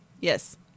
Yes